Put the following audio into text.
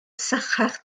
sychach